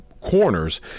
corners